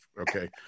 Okay